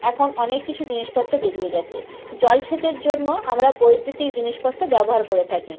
এখন অনেক কিছু জিনিসপত্র বেরিয়ে গেছে জল সেচের জন্য আমরা বৈদ্যুতিক জিনিসপত্র ব্যবহার করে থাকি